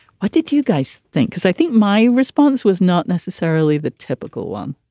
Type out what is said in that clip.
what did you guys think? cause i think my response was not necessarily the typical one